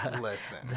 listen